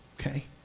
Okay